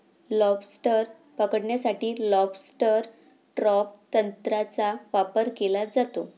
lobster पकडण्यासाठी lobster trap तंत्राचा वापर केला जातो